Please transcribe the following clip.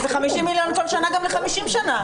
אז זה 50 מיליון כל שנה גם ל-50 שנה.